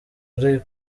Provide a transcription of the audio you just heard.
ari